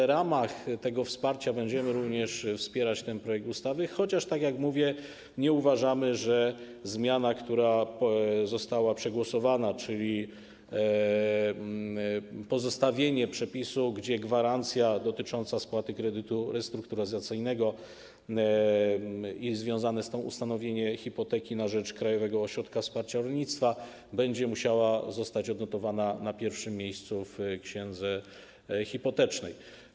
W ramach tego wsparcia będziemy również wspierać ten projekt ustawy, chociaż - tak jak mówię - nie uważamy, że zmiana, która została przegłosowana, czyli pozostawienie przepisu, zgodnie z którym gwarancja dotycząca spłaty kredytu restrukturyzacyjnego i związane z tym ustanowienie hipoteki na rzecz Krajowego Ośrodka Wsparcia Rolnictwa, będą musiały zostać odnotowane na pierwszym miejscu w księdze hipotecznej.